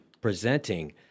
presenting